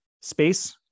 Space